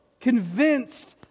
convinced